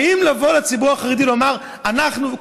האם לבוא לציבור החרדי ולומר: אנחנו,